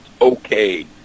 okay